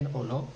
כן או לא.